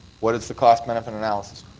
what is the cost benefit analysis?